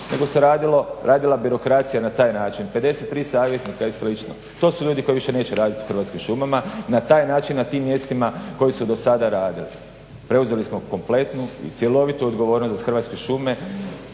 nego se radila birokracija na taj način. 53 savjetnika i slično. To su ljudi koji više neće raditi u Hrvatskim šumama. Na taj način, na tim mjestima koji su do sada radili. Preuzeli smo kompletnu i cjelovitu odgovornost za Hrvatske šume